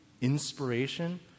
inspiration